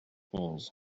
onze